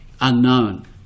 unknown